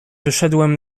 wyszedłem